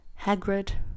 Hagrid